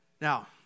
Now